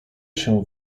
się